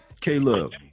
K-Love